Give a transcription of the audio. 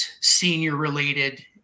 senior-related